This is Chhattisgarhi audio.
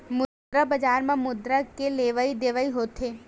मुद्रा बजार म मुद्रा के लेवइ देवइ होथे